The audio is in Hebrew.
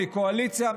מקואליציה,